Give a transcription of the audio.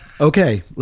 Okay